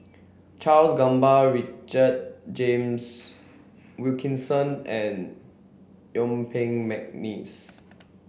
Charles Gamba Richard James Wilkinson and Yuen Peng McNeice